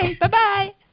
Bye-bye